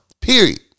Period